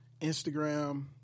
Instagram